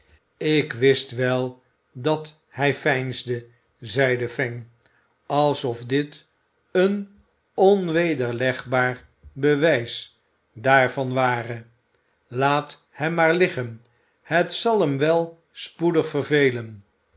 ik wist wel dat hij veinsde zeide fang alsof dit een onwederlegbaar bewijs daarvan ware laat hem maar liggen het zal hem wel spoedig vervelen